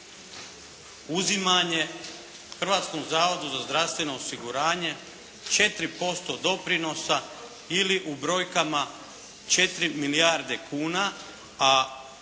uzimanje Hrvatskom zavodu za zdravstveno osiguranje, 4% doprinosa ili u brojkama 4 milijarde kuna,